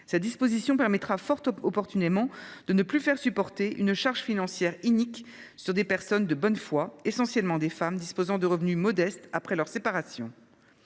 Cette disposition permettra fort opportunément de ne plus faire supporter une charge financière inique sur des personnes de bonne foi, essentiellement des femmes disposant de revenus modestes après leur séparation.